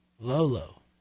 lolo